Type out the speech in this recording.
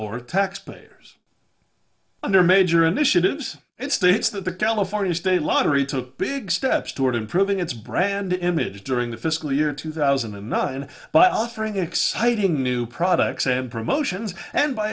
or taxpayers under major initiatives it states that the california state lottery took big steps toward improving its brand image during the fiscal year two thousand and nine by offering exciting new products and promotions and b